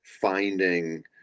finding